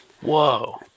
Whoa